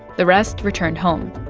the rest returned home.